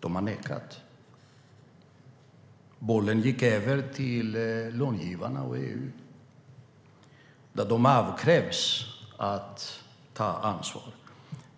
De har nekats det. Bollen gick över till långivarna och EU. De avkrävs att ta ansvar.